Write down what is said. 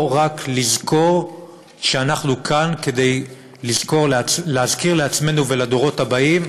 לא רק לזכור שאנחנו כאן כדי להזכיר לעצמנו ולדורות הבאים